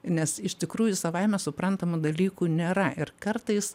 nes iš tikrųjų savaime suprantamų dalykų nėra ir kartais